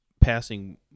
passing